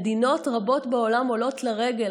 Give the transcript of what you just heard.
מדינות רבות בעולם עולות לרגל.